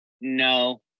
No